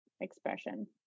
expression